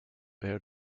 air